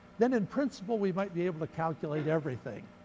then in principle we might be able to calculate everything.